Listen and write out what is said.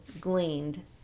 gleaned